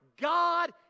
God